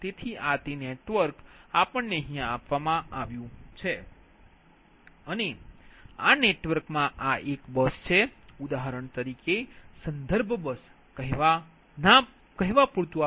તેથી આ તે નેટવર્ક આપવામાં આવ્યું છે અને આ નેટવર્કમાં આ એક બસ છે ઉદાહરણ તરીકે સંદર્ભ બસ કહેવા પ્રમાણે